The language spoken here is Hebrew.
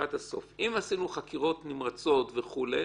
אם עשינו חקירות נמרצות וכולי,